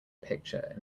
picture